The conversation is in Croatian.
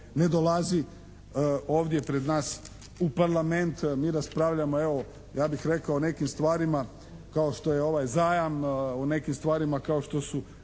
ne dolazi ovdje pred nas u Parlament. Mi raspravljamo evo, ja bih rekao o nekim stvarima kao što je ovaj zajam, o nekim stvarima kao što su